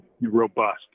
robust